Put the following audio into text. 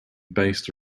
based